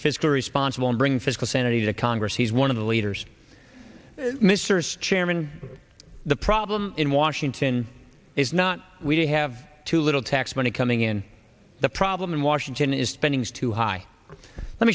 fiscally responsible and bring fiscal sanity to congress he's one of the leaders mr chairman the problem in washington is not we have too little tax money coming in the problem in washington is spending is too high let